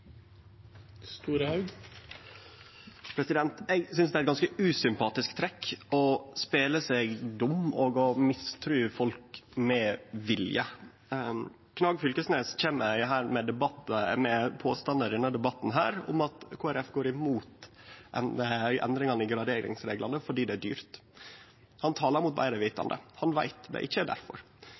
ganske usympatisk trekk å spele dum og å mistru folk med vilje. Knag Fylkesnes kjem i denne debatten med påstandar om at Kristeleg Folkeparti går mot endringane i graderingsreglane fordi det er dyrt. Han talar mot betre vitande – han veit at det ikkje er